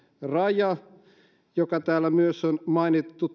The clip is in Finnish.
raja talletettavalle pääomalle joka täällä myös on mainittu